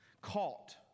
Caught